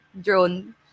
drone